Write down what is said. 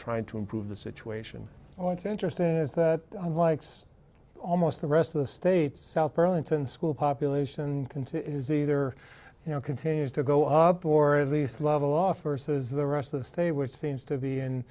trying to improve the situation i want interesting is that why it's almost the rest of the state south burlington school population can to is either you know continues to go up or at least level off versus the rest of the stay which seems to be in